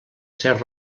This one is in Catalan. ser